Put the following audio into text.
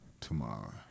tomorrow